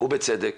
ובצדק.